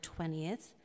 20th